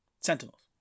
Sentinels